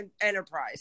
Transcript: enterprise